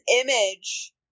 image